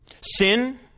sin